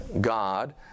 God